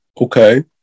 Okay